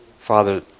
Father